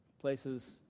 places